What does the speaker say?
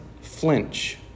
flinch